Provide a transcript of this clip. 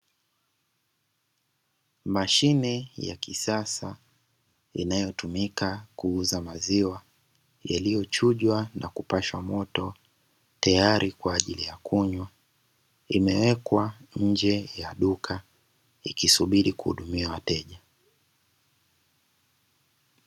Mashine ya kisasa inayotumika kuuza maziwa yaliyochujwa na kupashwa moto tayari kwaajili ya kunywa, imewekwa nje ya duka ikisubiri kuhudumia wateja.